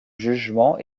jugement